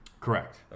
correct